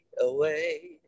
away